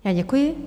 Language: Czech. Já děkuji.